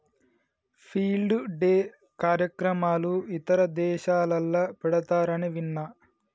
field day కార్యక్రమాలు ఇతర దేశాలల్ల పెడతారని విన్న